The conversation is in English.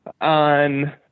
on